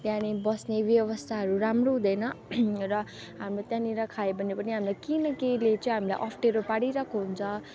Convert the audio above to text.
त्यहाँनिर बस्ने व्यवस्थाहरू राम्रो हुँदैन र हाम्रो त्यहाँनिर खायो भने पनि हामीलाई केही न केहीले चाहिँ हामीलाई अप्ठ्यारो पारिरहेको हुन्छ